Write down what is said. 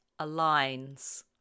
aligns